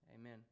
Amen